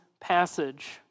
passage